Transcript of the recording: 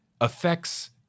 affects